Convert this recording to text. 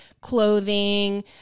clothing